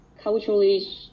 culturally